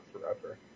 forever